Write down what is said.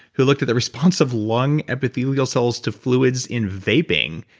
who looked at the response of lung epithelial cells to fluids in vaping.